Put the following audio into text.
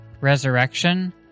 Resurrection